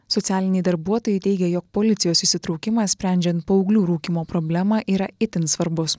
socialiniai darbuotojai teigė jog policijos įsitraukimas sprendžiant paauglių rūkymo problemą yra itin svarbus